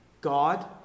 God